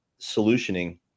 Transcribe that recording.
solutioning